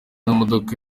mamodoka